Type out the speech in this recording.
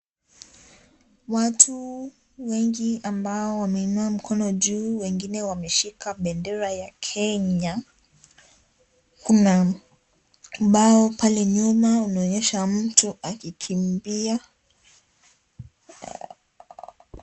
Watu wengi ambao wameinua mikono juu wengine wameshika bendera ya Kenya. Kuna mbao pale nyuma inaonyesha mtu akikimbia.